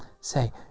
Say